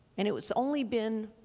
and it's only been,